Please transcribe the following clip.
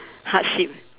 hardship